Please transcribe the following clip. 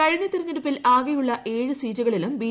കഴിഞ്ഞ തിരഞ്ഞെടുപ്പിൽ ആകെയുള്ള ഏഴു സീറ്റുകളിലും ബി